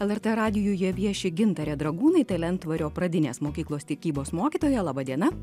lrt radijuje vieši gintarė dragūnaitė lentvario pradinės mokyklos tikybos mokytoja laba diena